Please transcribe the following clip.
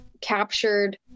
captured